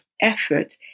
effort